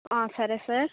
సరే సార్